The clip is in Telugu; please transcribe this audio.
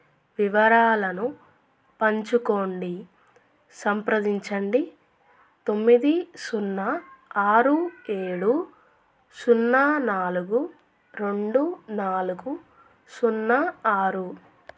వివరాలను పంచుకోండి సంప్రదించండి తొమ్మిది సున్నా ఆరు ఏడు సున్నా నాలుగు రెండు నాలుగు సున్నా ఆరు